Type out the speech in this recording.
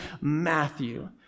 Matthew